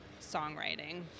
songwriting